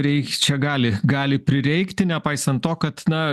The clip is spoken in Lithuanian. reikt čia gali gali prireikti nepaisant to kad na